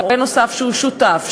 הורה נוסף שהוא שותף,